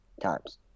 times